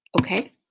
Okay